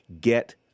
get